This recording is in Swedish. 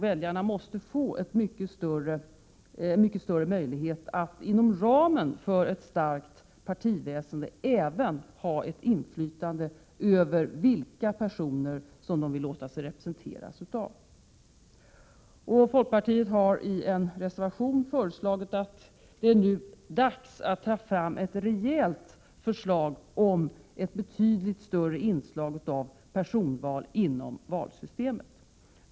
Väljarna måste få mycket större möjlighet att inom ramen för ett starkt partiväsende även ha ett inflytande över vilka personer de vill låta sig representeras av. Folkpartiet har i en reservation föreslagit att det nu är dags att ta fram ett rejält förslag om ett betydligt större inslag av personval inom valsystemet.